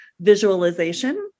visualization